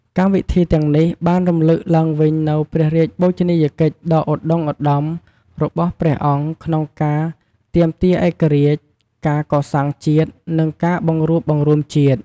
កម្មវិធីទាំងនេះបានរំលឹកឡើងវិញនូវព្រះរាជបូជនីយកិច្ចដ៏ឧត្តុង្គឧត្តមរបស់ព្រះអង្គក្នុងការទាមទារឯករាជ្យ ការកសាងជាតិ និងការបង្រួបបង្រួមជាតិ។